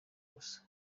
gusa